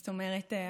זאת אומרת,